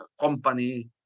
company